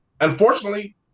unfortunately